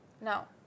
No